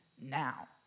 now